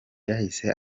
yahise